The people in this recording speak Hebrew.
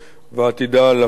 ועתידה לפוג